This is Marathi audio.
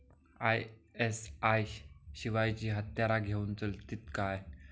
आय.एस.आय शिवायची हत्यारा घेऊन चलतीत काय?